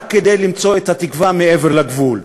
רק כדי למצוא את התקווה מעבר לגבול.